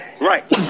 Right